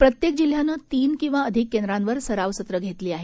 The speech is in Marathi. प्रत्येक जिल्ह्यानं तीन किंवा अधिक केंद्रांवर सराव सत्रं घेतली आहेत